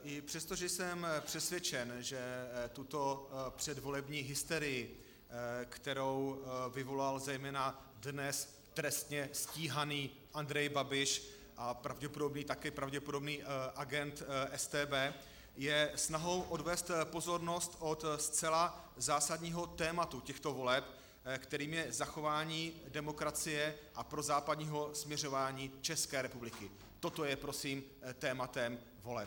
I přesto, že jsem přesvědčen, že tato předvolební hysterie, kterou vyvolal zejména dnes trestně stíhaný Andrej Babiš a také pravděpodobný agent StB, je snahou odvést pozornost od zcela zásadního tématu těchto voleb, kterým je zachování demokracie a prozápadního směřování České republiky, toto je prosím tématem voleb.